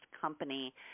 company